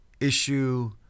issue